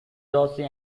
jersey